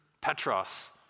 Petros